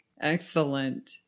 Excellent